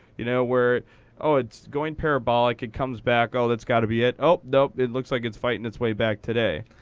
you know where, oh, it's going parabolic. it comes back. oh, that's got to be it. oh, nope. it looks like it's fighting its way back today.